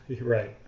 Right